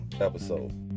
episode